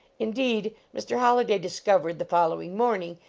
indeed, mr. holliday discovered, the follow ing morning,